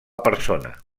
persona